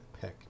pick